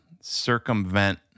circumvent